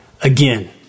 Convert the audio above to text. Again